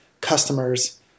customers